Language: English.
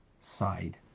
side